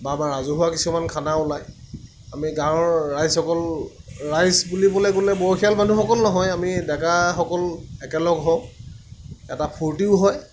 বা আমাৰ ৰাজহুৱা কিছুমান খানা ওলায় আমি গাঁৱৰ ৰাইজসকল ৰাইজ বুলিবলে গ'লে বয়সীয়াল মানুহসকল নহয় আমি ডেকাসকল একেলগ হওঁ এটা ফুৰ্তিও হয়